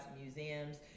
museums